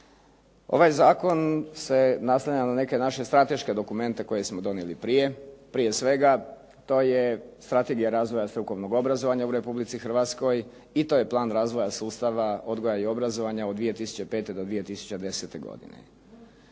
Ovaj zakon se naslanja na neke naše strateške dokumente koje smo donijeli prije. Prije svega to je Strategija razvoja strukovnog obrazovanja u Republici Hrvatskoj i to je plan razvoja sustava odgoja i obrazovanja od 2005. do 2010. godine.